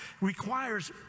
requires